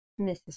Mrs